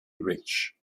rich